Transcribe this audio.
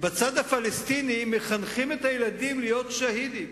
בצד הפלסטיני מחנכים את הילדים להיות שהידים.